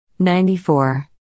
94